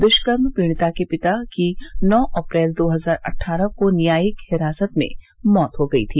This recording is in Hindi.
दुष्कर्म पीड़िता के पिता की नौ अप्रैल दो हजार अट्ठारह को न्यायिक हिरासत में मौत हो गई थी